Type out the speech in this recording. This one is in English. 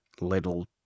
little